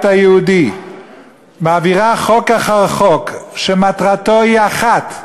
היהודי מעבירה חוק אחר חוק שמטרתם אחת: